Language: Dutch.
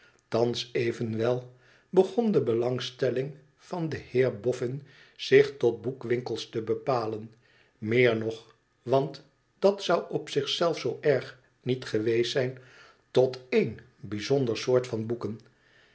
evenwel begon de belangstelling van den heer bofün zich tot boekwinkels te bepalen meer nog want dat zou op zich zelf zoo erg niet geweest zijn tot één bijzonder soort van boeken